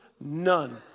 none